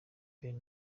ben